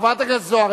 חברת הכנסת זוארץ,